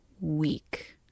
week